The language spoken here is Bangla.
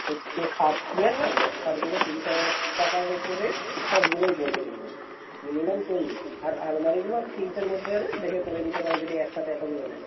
হচ্ছে খাট কেনেন না বক্স খাটগুলো তিরিশ হাজার টাকার ওপরে সবগুলোই পড়বে কিন্তু মিনিমাম চল্লিশ আর আলমারিগুলো আমি তিরিশের মধ্যে আরে দেখে করে দিতে পারি যদি একসাথে এতগুলো নেন